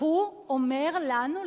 הוא אומר לנו,